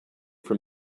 from